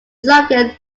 slogan